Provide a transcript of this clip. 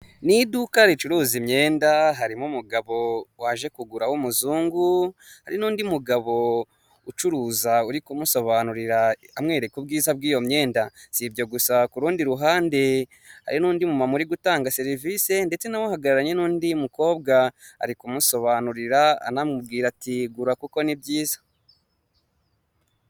Serivisi za banki ya kigali zegerejwe abaturage ahanga baragaragaza uko ibikorwa biri kugenda bikorwa aho bagaragaza ko batanga serivisi zo kubika, kubikura, kuguriza ndetse no kwakirana yombi abakiriya bakagira bati murakaza neza.